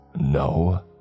No